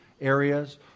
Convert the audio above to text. areas